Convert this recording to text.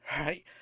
right